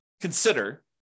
consider